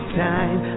time